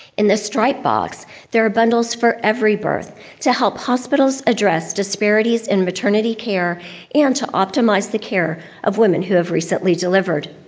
in the striped box there are bundles for every birth to help hospitals address disparities in maternity care and to optimize the care of women who have recently recently delivered.